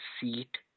seat